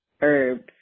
herbs